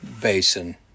basin